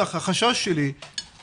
החשש שלי